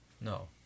no